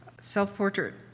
Self-portrait